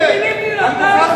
ציפי לבני נתנה את זה.